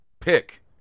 pick